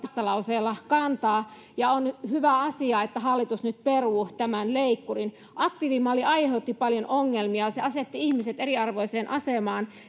vastalauseella kantaa ja on hyvä asia että hallitus nyt peruu tämän leikkurin aktiivimalli aiheutti paljon ongelmia se asetti ihmiset eriarvoiseen asemaan